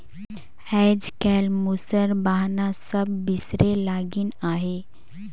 आएज काएल मूसर बहना सब बिसरे लगिन अहे